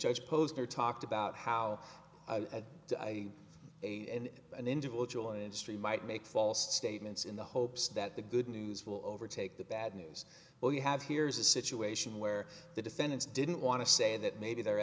judge posner talked about how a guy and an individual industry might make false statements in the hopes that the good news will overtake the bad news well you have here's a situation where the defendants didn't want to say that maybe the